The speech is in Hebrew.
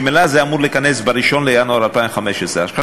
ממילא זה אמור להיכנס ב-1 בינואר 2015. אז